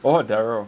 oh Daryl